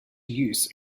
use